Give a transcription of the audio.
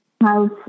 house